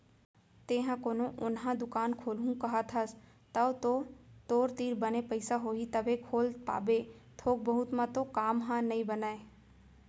तेंहा कोनो ओन्हा दुकान खोलहूँ कहत हस तव तो तोर तीर बने पइसा होही तभे खोल पाबे थोक बहुत म तो काम ह नइ बनय